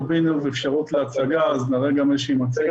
עושים פרויקט מאוד גדול ואז אולי יש פה איזה היגיון,